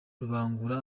rubangura